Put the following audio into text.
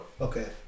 Okay